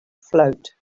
float